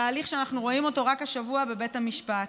תהליך שאנחנו רואים אותו רק השבוע בבית המשפט,